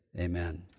Amen